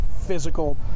physical